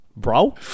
Bro